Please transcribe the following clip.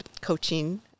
coaching